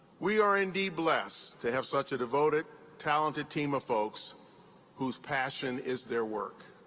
we are indeed blessed to have such a devoted, talented team of folks whose passion is their work.